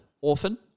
orphan